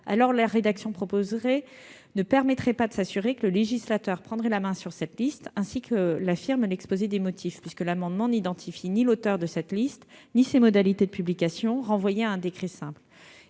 231-4, la rédaction proposée ne permettrait pas de s'assurer que le législateur prendrait la main sur cette liste, ainsi que l'affirme l'exposé des motifs, puisque l'amendement n'identifie ni l'auteur de cette liste ni ses modalités de publication, renvoyées à un décret simple.